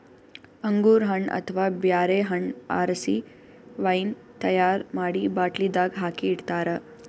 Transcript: ಅಂಗೂರ್ ಹಣ್ಣ್ ಅಥವಾ ಬ್ಯಾರೆ ಹಣ್ಣ್ ಆರಸಿ ವೈನ್ ತೈಯಾರ್ ಮಾಡಿ ಬಾಟ್ಲಿದಾಗ್ ಹಾಕಿ ಇಡ್ತಾರ